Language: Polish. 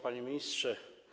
Panie Ministrze!